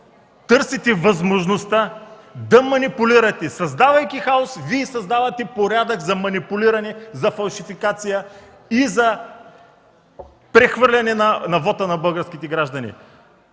търсите възможността да манипулирате. Създавайки хаос, Вие създавате порядък за манипулиране, за фалшификация и за прехвърляне вота на българските граждани!